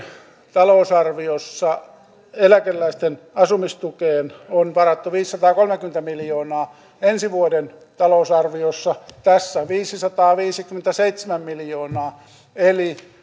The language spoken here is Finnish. talousarviossa eläkeläisten asumistukeen on varattu viisisataakolmekymmentä miljoonaa ensi vuoden talousarviossa viisisataaviisikymmentäseitsemän miljoonaa eli